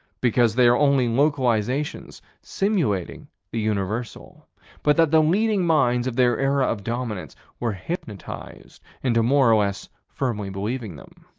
because they are only localizations simulating the universal but that the leading minds of their era of dominance were hypnotized into more or less firmly believing them.